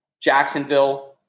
Jacksonville